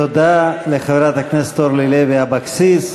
תודה לחברת הכנסת אורלי לוי אבקסיס.